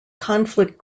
conflict